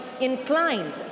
inclined